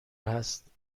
هست